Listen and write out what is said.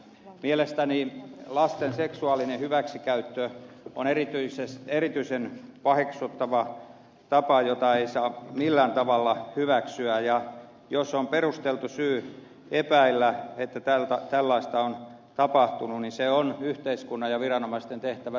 mielestäni lasten seksuaalinen hyväksikäyttö on erityisen paheksuttava tapa jota ei saa millään tavalla hyväksyä ja jos on perusteltu syy epäillä että tällaista on tapahtunut niin se on yhteiskunnan ja viranomaisten tehtävä selvittää